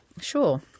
Sure